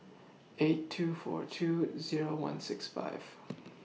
eight two four two Zero one six five